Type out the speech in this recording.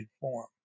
form